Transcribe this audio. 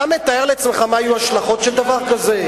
אתה מתאר לעצמך מה יהיו השלכות של דבר כזה?